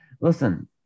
Listen